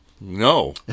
No